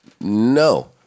No